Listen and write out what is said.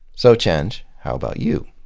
so chenj, how about you?